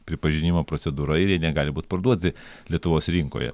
pripažinimo procedūra ir jie negali būt parduodi lietuvos rinkoje